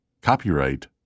Copyright